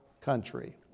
country